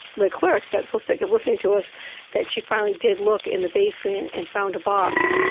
the clerk got so sick of listening to us that she finally did look in the basement and found a box.